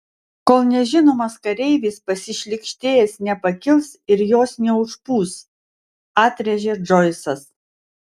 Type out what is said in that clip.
kol nežinomas kareivis pasišlykštėjęs nepakils ir jos neužpūs atrėžė džoisas